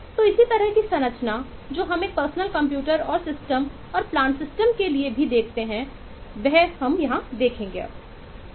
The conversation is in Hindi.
तो इसी तरह की संरचना जो हमने एक पर्सनल कंप्यूटर के लिए देखी थी वह हम यहां देखते हैं